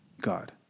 God